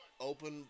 Open